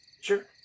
Sure